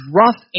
rough